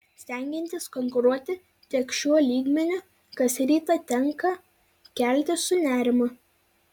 stengiantis konkuruoti tik šiuo lygmeniu kas rytą tenka keltis su nerimu